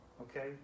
okay